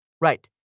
Right